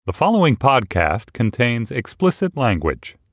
the following podcast contains explicit language